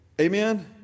Amen